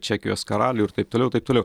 čekijos karalių ir taip toliau taip toliau